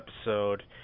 episode